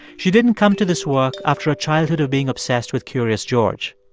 she didn't come to this work after a childhood of being obsessed with curious george.